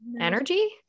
energy